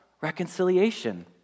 reconciliation